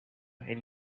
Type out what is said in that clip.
and